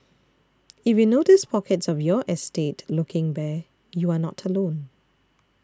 if you notice pockets of your estate looking bare you are not alone